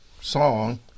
song